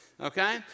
okay